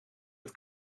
het